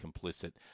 complicit